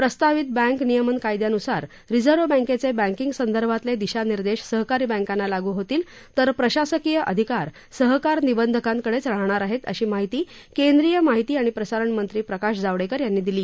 प्रस्तावित बँक नियमन कायद्यानुसार रिझर्व्ह बँकेचे बँकिंग संदर्भातले दिशानिर्देश सहकारी बँकांना लागू होतील तर प्रशासकीय अधिकार सहकार निबंधकांकडेच राहणार आहेत अशी माहिती केंद्रीय माहिती आणि प्रसारण मंत्री प्रकाश जावडेकर यांनी दिली